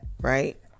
right